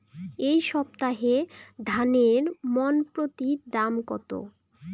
এই সপ্তাহে ধানের মন প্রতি দাম কত?